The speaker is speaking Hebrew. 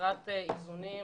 חסרת איזונים,